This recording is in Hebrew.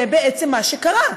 זה בעצם מה שקרה.